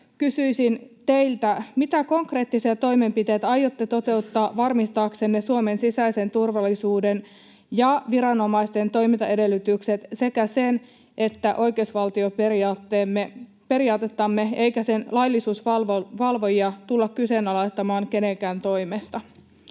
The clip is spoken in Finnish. kysyisin teiltä: mitä konkreettisia toimenpiteitä aiotte toteuttaa varmistaaksenne Suomen sisäisen turvallisuuden ja viranomaisten toimintaedellytykset sekä sen, ettei oikeusvaltioperiaatettamme eikä sen laillisuusvalvojia tulla kyseenalaistamaan kenenkään toimesta?